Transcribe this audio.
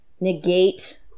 negate